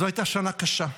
זו הייתה שנה קשה.